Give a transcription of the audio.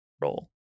role